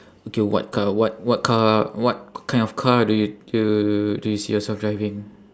okay what car what what car what kind of car do you do you do you see yourself driving